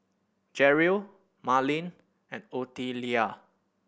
Jerrell Marleen and Ottilia